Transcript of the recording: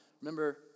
Remember